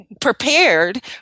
prepared